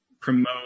promote